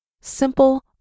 Simple